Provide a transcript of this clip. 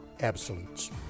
absolutes